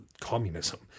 communism